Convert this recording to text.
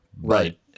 Right